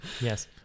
Yes